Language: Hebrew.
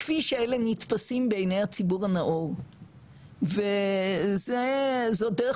כפי שאלה נתפסים בעיני הציבור הנאור וזו דרך